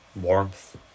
warmth